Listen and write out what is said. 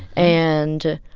and